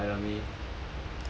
uh 看到 enemy